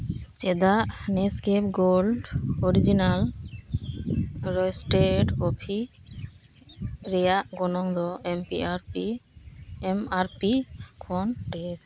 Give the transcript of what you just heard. ᱪᱮᱫᱟᱜ Nescafe gold original roasted coffee ᱨᱮᱭᱟᱜ ᱜᱚᱱᱚᱝ ᱫᱚ ᱮᱢ ᱟᱨ ᱯᱤ ᱠᱷᱚᱱ ᱰᱷᱮᱨ